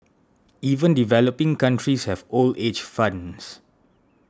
even developing countries have old age funds